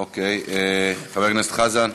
אוקיי, חבר הכנסת חזן,